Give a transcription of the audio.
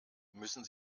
müssen